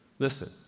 Listen